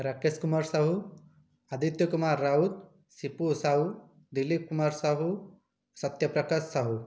Rakesh Kumar Sahu Aditya Kumar Raut Sipu Sahu Dilip Kumar Sahu Satya Prakash Sahu